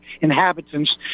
inhabitants